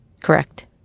Correct